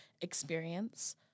experience